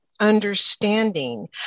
understanding